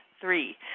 Three